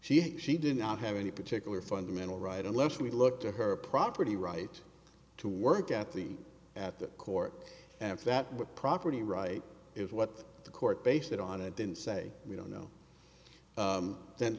she she did not have any particular fundamental right unless we look to her property right to work at the at the court and if that property right is what the court based it on i didn't say we don't know then